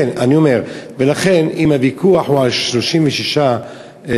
לכן, אם הוויכוח הוא על 36 זיופים,